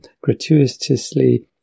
gratuitously